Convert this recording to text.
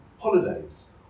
holidays